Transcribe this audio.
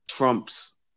Trump's